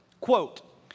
Quote